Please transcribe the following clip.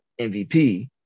MVP